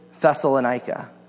Thessalonica